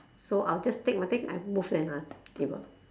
so I'll just take my things I move to another table